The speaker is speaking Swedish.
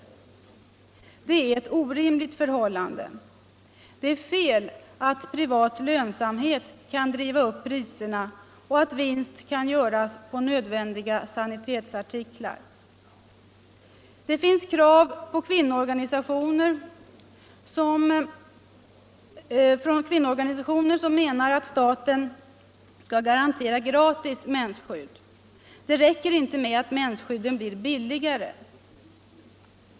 Detta är ett orimligt förhållande. Det är fel att privat lönsamhet kan driva upp priserna och att vinst kan göras på nödvändiga sanitetsartiklar. Det finns krav från kvinnoorganisationer som menar att staten skall garantera gratis mensskydd. Det räcker inte att mensskydden blir billigare.